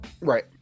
Right